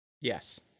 Yes